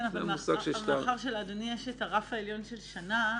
כן, אבל מאחר שלאדוני יש רף עליון של שנה,